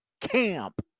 camp